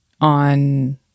on